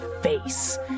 face